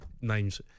names